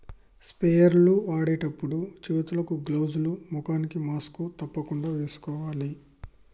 sprayer లు వాడేటప్పుడు చేతులకు గ్లౌజ్ లు, ముఖానికి మాస్క్ తప్పకుండా వేసుకోవాలి